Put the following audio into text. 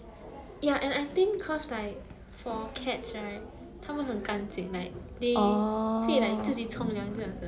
orh